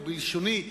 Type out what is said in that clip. או בלשוני,